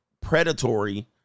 predatory